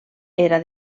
era